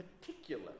particular